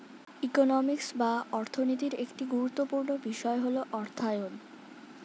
economics বা অর্থনীতির একটি গুরুত্বপূর্ণ বিষয় হল অর্থায়ন